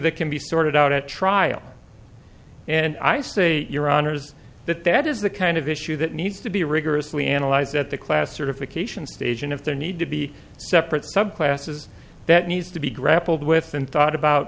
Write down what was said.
that can be sorted out at trial and i say your honour's that that is the kind of issue that needs to be rigorously analyze that the class certification stage and if there need to be separate subclasses that needs to be grappled with and thought about